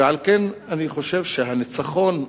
ועל כן אני חושב שהניצחון,